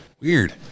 Weird